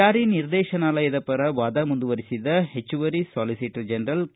ಜಾರಿ ನಿರ್ದೇಶನಾಲಯದ ಪರ ವಾದ ಮುಂದುವರಿಸಿದ ಹೆಚ್ಚುವರಿ ಸಾಲಿಸಿಟರ್ ಜನರಲ್ ಕೆ